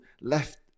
left